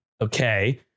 okay